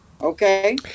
okay